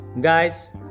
Guys